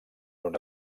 una